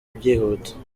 byihuta